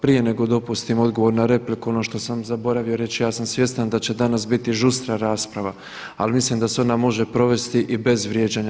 Prije nego dopustim odgovor na repliku, ono što sam zaboravio reći, ja sam svjestan da će danas biti žustra rasprava ali mislim da se ona može provesti i bez vrijeđanja.